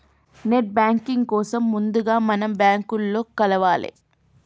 net banking కోసం ముందుగా మనం బ్యాంకులో కలవాలే